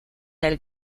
del